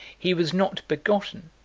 he was not begotten,